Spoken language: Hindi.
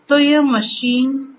तो यह मशीन क्या सीख रही है